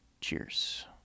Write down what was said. Cheers